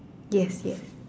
yes yes